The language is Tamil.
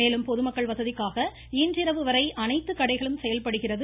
மேலும் பொதுமக்கள் வசதிக்காக இன்றிரவு வரை அனைத்து கடைகளும் செயல்படுகிறது